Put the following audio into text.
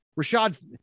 Rashad